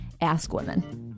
ASKWOMEN